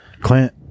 Clint